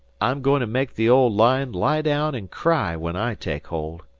i'm going to make the old line lie down and cry when i take hold.